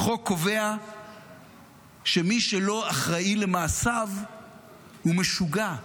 החוק קובע שמי שלא אחראי למעשיו הוא משוגע.